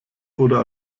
oder